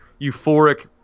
euphoric